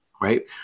Right